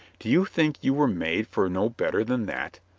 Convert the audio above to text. do you think you were made for no better than that?